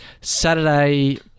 Saturday